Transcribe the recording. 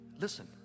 listen